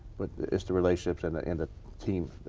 but it's the relationships and and the team.